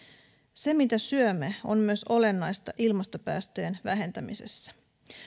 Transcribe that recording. se mitä syömme on myös olennaista ilmastopäästöjen vähentämisessä